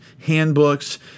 handbooks